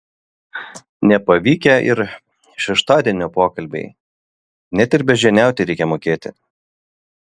nepavykę ir šeštadienio pokalbiai net ir beždžioniauti reikia mokėti